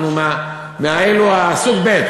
אנחנו סוג ב'.